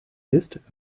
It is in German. ist